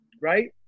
right